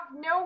no